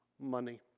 money.